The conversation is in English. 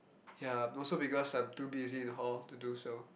ya also because I'm too busy with the hall to do so